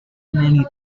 many